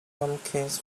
pumpkins